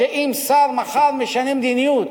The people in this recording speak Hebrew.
שאם שר מחר משנה מדיניות